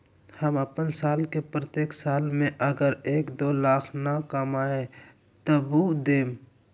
हम अपन साल के प्रत्येक साल मे अगर एक, दो लाख न कमाये तवु देम?